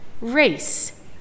race